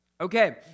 Okay